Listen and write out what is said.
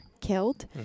killed